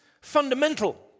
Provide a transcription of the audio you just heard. Fundamental